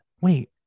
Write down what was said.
wait